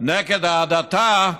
נגד ההדתה,